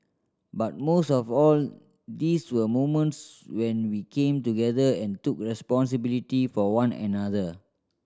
but most of all these were moments when we came together and took responsibility for one another